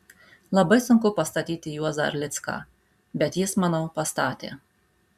labai sunku pastatyti juozą erlicką bet jis manau pastatė